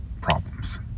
problems